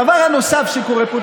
הדבר הנוסף שקורה פה,